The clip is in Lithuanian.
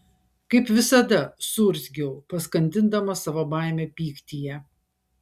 kaip visada suurzgiau paskandindama savo baimę pyktyje